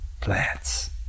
Plants